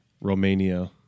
Romania